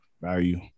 value